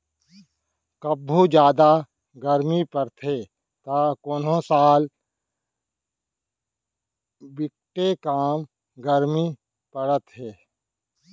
कभू जादा गरमी परथे त कोनो साल बिकटे कम गरमी परत हे